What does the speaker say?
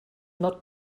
not